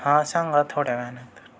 हां सांगा थोड्या वेळानंतर